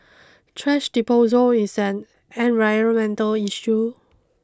trash disposal is an environmental issue